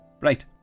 Right